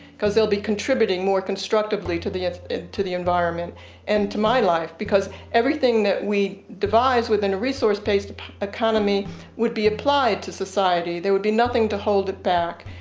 because they'll be contributing more constructively to to the environment and to my life. because everything that we devise within a resource based economy would be applied to society, there would be nothing to hold it back.